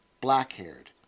black-haired